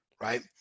right